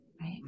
right